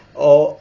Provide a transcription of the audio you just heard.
orh